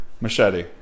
machete